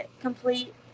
complete